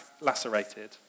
lacerated